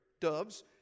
doves